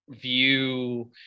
view